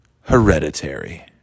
Hereditary